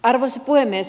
arvoisa puhemies